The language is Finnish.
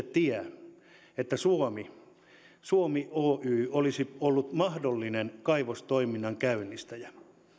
tie siihen että suomi suomi oy olisi ollut mahdollinen kaivostoiminnan käynnistäjä